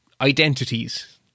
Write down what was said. identities